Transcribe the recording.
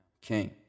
King